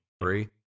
Three